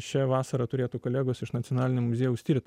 šią vasarą turėtų kolegos iš nacionalinio muziejaus tirt